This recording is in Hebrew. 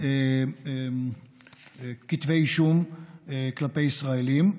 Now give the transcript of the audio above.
כתבי אישום כלפי ישראלים.